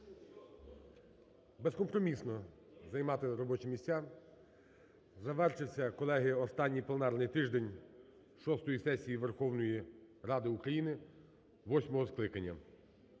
безкомпромісно займати робочі місця. Завершився, колеги, останній пленарний тиждень шостої сесії Верховної Ради України восьмого скликання.